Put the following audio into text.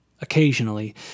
Occasionally